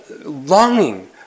longing